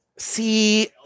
See